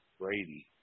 Brady